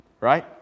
Right